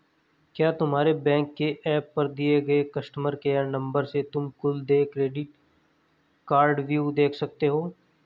क्या तुम्हारे बैंक के एप पर दिए गए कस्टमर केयर नंबर से तुम कुल देय क्रेडिट कार्डव्यू देख सकते हो?